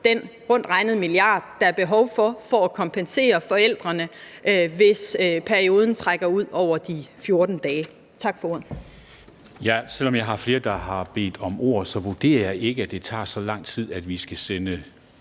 den rundt regnet milliard, der er behov for, til at kompensere forældrene, hvis perioden trækker ud over de 14 dage. Tak for ordet.